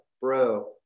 bro